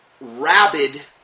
rabid